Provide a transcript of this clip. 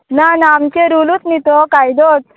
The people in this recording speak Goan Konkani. ना ना आमचे रुलूच न्ही तो कायदोच